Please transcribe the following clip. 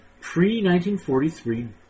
Pre-1943